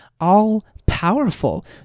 all-powerful